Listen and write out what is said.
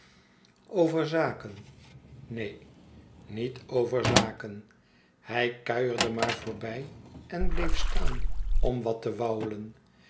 over zaken neen niet over zaken hij kuierde maar voorbij en bleef staan om wat te